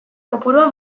kopurua